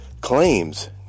claims